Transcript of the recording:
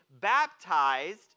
baptized